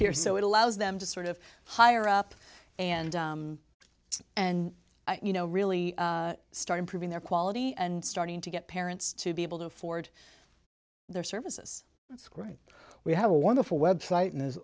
here so it allows them to sort of hire up and and you know really start improving their quality and starting to get parents to be able to afford their service that's great we have a wonderful website in is